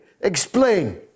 Explain